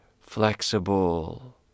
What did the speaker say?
flexible